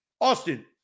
Austin